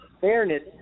fairness